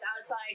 outside